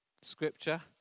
Scripture